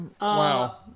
Wow